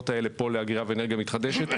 האלה פה לאגירה ולאנרגיה מתחדשת,